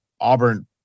Auburn